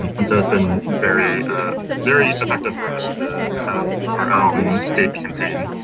and and so it's been very ah very effective for us to have our own state campaign.